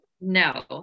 No